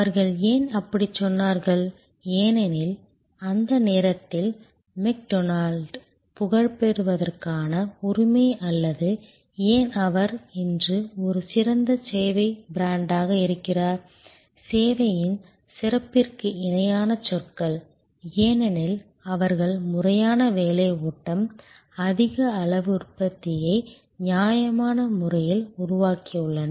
அவர்கள் ஏன் அப்படிச் சொன்னார்கள் ஏனெனில் அந்த நேரத்தில் மெக்டொனால்டு புகழ் பெறுவதற்கான உரிமை அல்லது ஏன் அவர் இன்று ஒரு சிறந்த சேவை பிராண்டாக இருக்கிறார் சேவையின் சிறப்பிற்கு இணையான சொற்கள் ஏனெனில் அவர்கள் முறையான வேலை ஓட்டம் அதிக அளவு உற்பத்தியை நியாயமான முறையில் உருவாக்கியுள்ளனர்